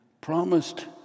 promised